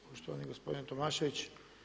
Poštovani gospodine Tomašević.